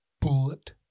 Bullet